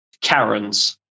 Karens